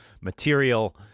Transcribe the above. material